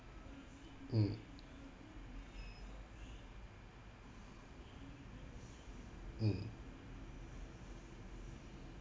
mm mm